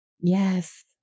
Yes